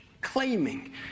Claiming